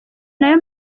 nayo